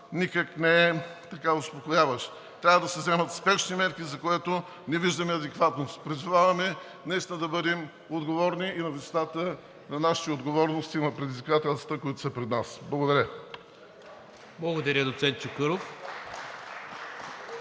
никак не е успокояващ. Трябва да се вземат спешни мерки, за което не виждаме адекватност. Призоваваме наистина да бъдем отговорни и на висотата на нашите отговорности и на предизвикателствата, които са пред нас! Благодаря. (Ръкопляскания